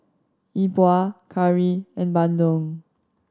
Yi Bua curry and bandung